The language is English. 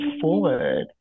forward